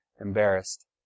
embarrassed